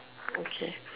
okay